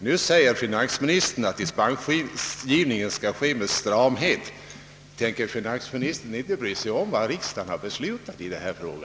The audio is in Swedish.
Nu säger alltså finansministern att: dispensgivningen skall ske med stramhet. Tänker finansministern alltså inte bry sig om vad riksdagen har beslutat i denna fråga?